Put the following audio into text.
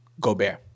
Gobert